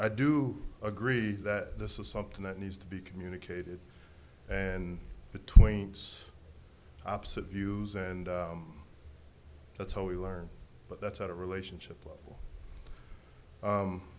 i do agree that this is something that needs to be communicated and between opposite views and that's how we learn but that's not a relationship level